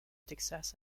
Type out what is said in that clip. texas